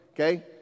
okay